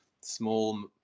small